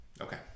Okay